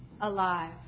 alive